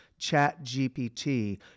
ChatGPT